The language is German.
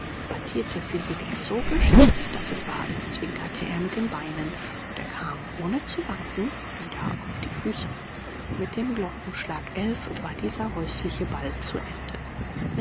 battierte fezziwig so geschickt daß es war als zwinkerte er mit den beinen und er kam ohne zu wanken wieder auf die füße mit dem glockenschlag elf war dieser häusliche ball zu ende